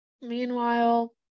meanwhile